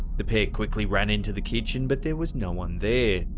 the pair quickly ran into the kitchen, but there was no one there,